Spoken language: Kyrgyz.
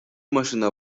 машина